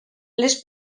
les